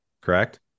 correct